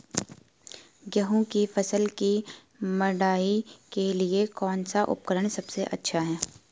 गेहूँ की फसल की मड़ाई के लिए कौन सा उपकरण सबसे अच्छा है?